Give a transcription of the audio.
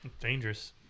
Dangerous